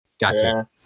Gotcha